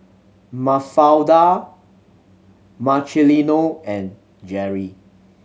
Mafalda Marcelino and Jerry